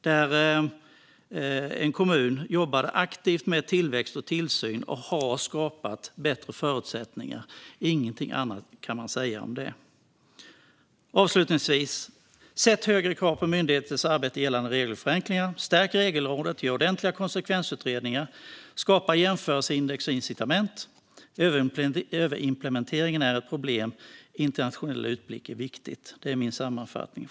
Där jobbar en kommun aktivt med tillväxt och tillsyn och har skapat bättre förutsättningar - inget annat kan man säga om det. Avslutningsvis: Ställ högre krav på myndigheters arbete gällande regelförenklingar! Stärk Regelrådet, och gör ordentliga konsekvensutredningar! Skapa jämförelseindex och incitament! Överimplementeringen är ett problem, och internationell utblick är viktigt. Det är min sammanfattning.